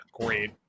great